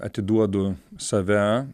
atiduodu save